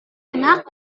enak